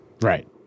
Right